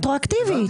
כן, רטרואקטיבית.